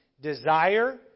desire